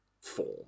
form